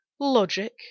logic